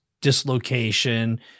dislocation